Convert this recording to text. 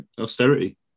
austerity